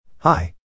Hi